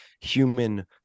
human